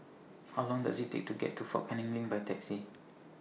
How Long Does IT Take to get to Fort Canning LINK By Taxi